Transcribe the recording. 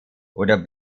oder